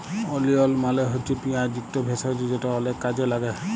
ওলিয়ল মালে হছে পিয়াঁজ ইকট ভেষজ যেট অলেক কাজে ল্যাগে